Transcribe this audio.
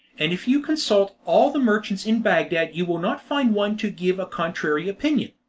and if you consult all the merchants in bagdad you will not find one to give a contrary opinion.